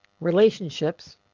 relationships